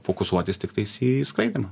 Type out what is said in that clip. fokusuotis tiktais į skraidymą